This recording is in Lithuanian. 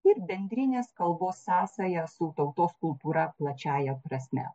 ir bendrinės kalbos sąsają su tautos kultūra plačiąja prasme